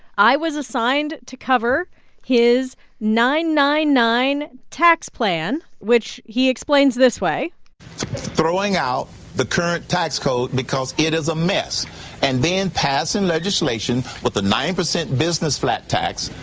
i was assigned to cover his nine nine nine tax plan, which he explains this way throwing out the current tax code because it is a mess and then passing legislation with a nine percent business flat tax,